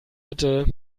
bitte